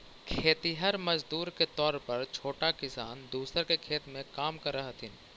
खेतिहर मजदूर के तौर पर छोटा किसान दूसर के खेत में काम करऽ हथिन